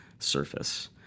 surface